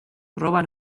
proba